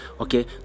Okay